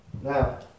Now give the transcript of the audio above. Now